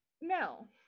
no